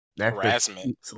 Harassment